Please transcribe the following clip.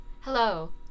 hello